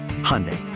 Hyundai